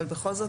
אבל בכל זאת,